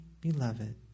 beloved